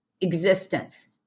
existence